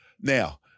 Now